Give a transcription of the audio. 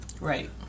Right